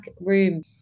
room